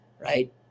right